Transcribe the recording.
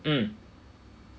mm